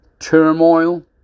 Turmoil